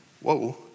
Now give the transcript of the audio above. whoa